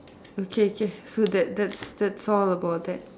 okay k so that that's that's all about that